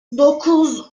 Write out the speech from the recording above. dokuz